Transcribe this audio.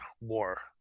war